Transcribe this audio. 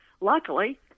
Luckily